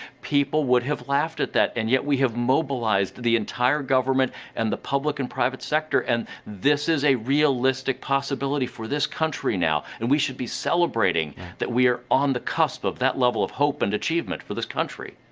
people would have laughed at that, and yet we have mobilized the entire government and the public and private sector and this is a realistic possibility for this country now and we should be celebrating that we are on the cusp of that level of hope and achievement for this country.